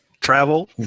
travel